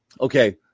Okay